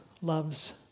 loves